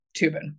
Tubin